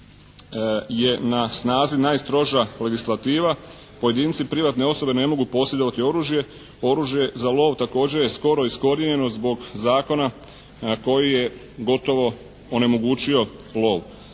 je na snazi najstroža legislativa. Pojedinci, privatne osobe ne mogu posjedovati oružje. Oružje za lov također je skoro iskorijenjeno zbog zakona koji je gotovo onemogućio lov.